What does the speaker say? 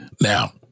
Now